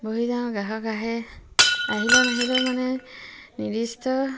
বহি যাওঁ গ্ৰাহক আহে আহিলে নাহিলেও মানে নিৰ্দিষ্ট